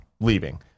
leaving